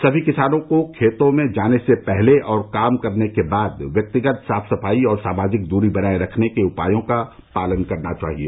सभी किसानों को खेतों में जाने से पहले और काम करने के बाद व्यक्तिगत साफ सफाई और सामाजिक दूरी बनाए रखने के उपायों का पालन करना चाहिए